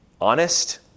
honest